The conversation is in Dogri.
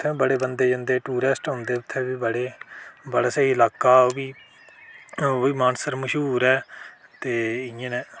इत्थें बड़े बंदे जंदे टुरिस्ट औंदे उत्थें बड़े बड़ा स्हेई ल्हाका ओह्बी ओह्बी मानसर मश्हूर ऐ ते इं'यै नेह्